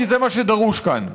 כי זה מה שדרוש כאן.